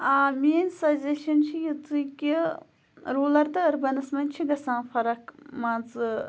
آ میٛٲنۍ سَزَشَن چھِ یِژٕے کہِ روٗلَر تہٕ أربَنَس منٛز چھِ گژھان فرق مان ژٕ